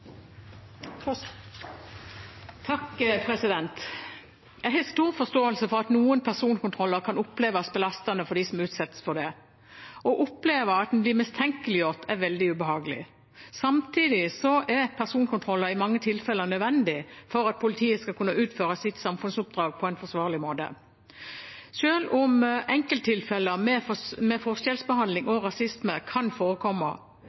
Jeg har stor forståelse for at noen personkontroller kan oppleves belastende for dem som utsettes for det. Å oppleve at en blir mistenkeliggjort, er veldig ubehagelig. Samtidig er personkontroller i mange tilfeller nødvendig for at politiet skal kunne utføre sitt samfunnsoppdrag på en forsvarlig måte. Selv om enkelttilfeller med forskjellsbehandling og rasisme kan forekomme,